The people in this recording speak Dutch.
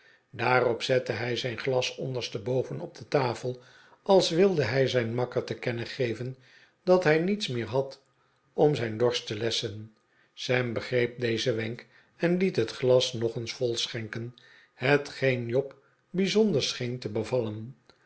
daarop zette'hij zijn glas onderste boven op de tafel als wilde hij zijn makker te kennen geven dat hij niets meer had om zijn dorst te lesschen sam begreep dezen wenk en liet het glas nog eens vol schenken hetgeen job bijzonder scheen te bevallen